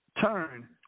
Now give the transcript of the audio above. turn